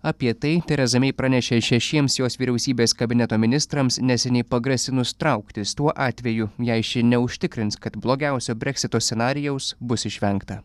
apie tai tereza mei pranešė šešiems jos vyriausybės kabineto ministrams neseniai pagrasinus trauktis tuo atveju jei ši neužtikrins kad blogiausio breksito scenarijaus bus išvengta